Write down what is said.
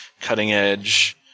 cutting-edge